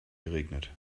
geregnet